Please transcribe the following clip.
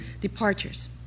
departures